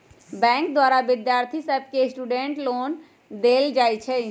bank द्वारा विद्यार्थि सभके स्टूडेंट लोन देल जाइ छइ